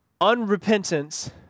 Unrepentance